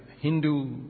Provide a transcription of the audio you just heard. Hindu